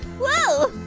whoa,